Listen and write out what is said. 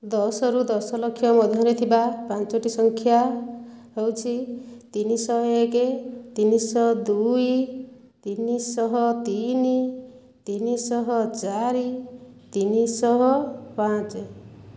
ଦଶରୁ ଦଶ ଲକ୍ଷ ମଧ୍ୟରେ ଥିବା ପାଞ୍ଚଟି ସଂଖ୍ୟା ହେଉଛି ତିନିଶହ ଏକ ତିନିଶହ ଦୁଇ ତିନିଶହ ତିନି ତିନିଶହ ଚାରି ତିନିଶହ ପାଞ୍ଚ